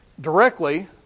directly